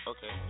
Okay